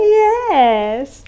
yes